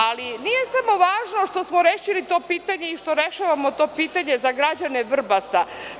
Ali, nije samo važno što smo rešili to pitanje i što rešavamo to pitanje za građane Vrbasa.